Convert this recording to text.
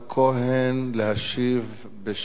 להשיב בשם הממשלה.